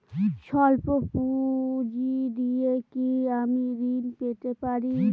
সল্প পুঁজি দিয়ে কি আমি ঋণ পেতে পারি?